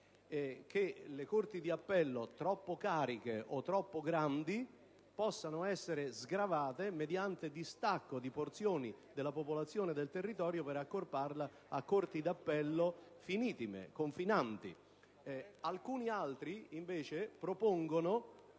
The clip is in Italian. per le corti d'appello: quelle troppo cariche e troppo grandi potrebbero essere sgravate mediante distacco di porzioni della popolazione e del territorio, per accorparle a corti d'appello finitime, confinanti. Alcuni altri propongono,